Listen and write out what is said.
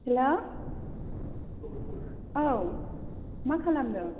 हेल' औ मा खालामदों